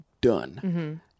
done